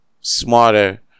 smarter